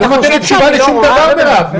היא לא נותנת תשובה לשום דבר, מירב.